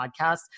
podcast